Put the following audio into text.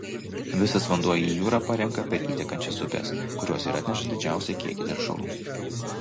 visas vanduo į jūrą parenka per įtekančias upes kurios ir atneša didžiausią kiekį teršalų